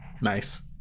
nice